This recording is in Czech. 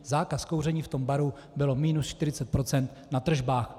Zákaz kouření v tom baru byl minus 40 % na tržbách.